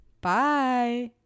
Bye